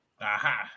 Aha